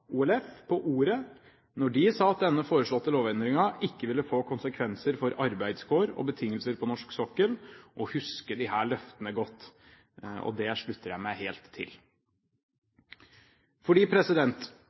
OLF, på ordet når de sa at denne foreslåtte lovendringen ikke ville få konsekvenser for arbeidskår og betingelser på norsk sokkel – og huske disse løftene godt. Det slutter jeg meg helt til.